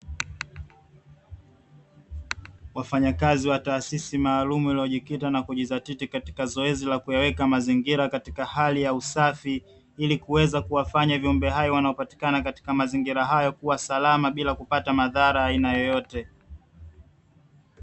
Wafanyakazi wa taasisi maalumu iliyojikita na kujizatiti katika zoezi la kuyaweka mazingira katika hali ya usafi, ili kuweza kuwafanya viumbe hai wanaopatikana katika mazingira hayo kuwa salama bila kupata madhara ya aina yoyote.